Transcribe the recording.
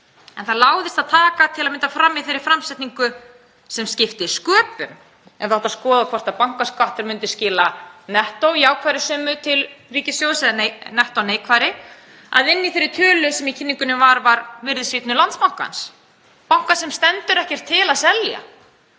En það láðist að taka til að mynda fram í þeirri framsetningu — sem skiptir sköpum ef það á að skoða hvort bankaskatturinn myndi skila nettó jákvæðri summu til ríkissjóðs eða nettó neikvæðri — að inni í þeirri tölu sem í kynningunni var var virðisrýrnun Landsbankans, banka sem stendur ekkert til að selja.